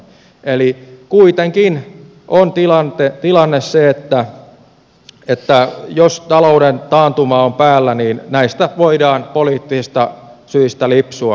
eli kuitenkin on tilanne se että jos talouden taantuma on päällä niin näistä alijäämäsäännöksistä voidaan poliittisista syistä lipsua